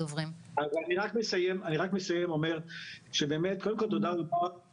טלפון לקופת חולים או גם לרווחה ולא מקבלת מענה בבריאות